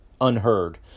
unheard